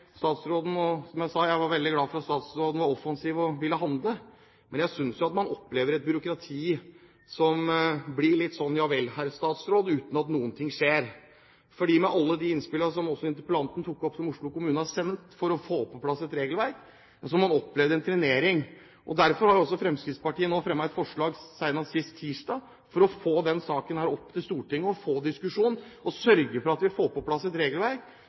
Som jeg sa, er jeg veldig glad for at statsråden var veldig offensiv og ville handle, men jeg må si at jeg synes man opplever et byråkrati som blir litt sånn – ja vel, herr statsråd, uten at noen ting skjer. For med alle de innspillene, som også interpellanten tok opp, som Oslo kommune har sendt for å få på plass et regelverk, har man opplevd en trenering. Derfor fremmet Fremskrittspartiet senest sist tirsdag et forslag for å få denne saken opp i Stortinget – få en diskusjon og sørge for at vi får på plass et regelverk